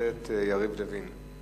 הכנסת יריב לוין.